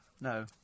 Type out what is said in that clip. No